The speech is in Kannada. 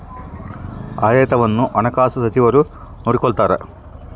ಆಡಳಿತವನ್ನು ಹಣಕಾಸು ಸಚಿವರು ನೋಡಿಕೊಳ್ತಾರ